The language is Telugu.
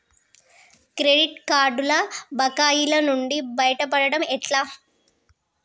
క్రెడిట్ కార్డుల బకాయిల నుండి బయటపడటం ఎట్లా?